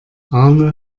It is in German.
arne